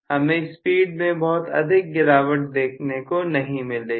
हमें स्पीड में बहुत अधिक गिरावट देखने को नहीं मिलेगी